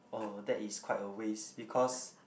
oh that is quite a waste because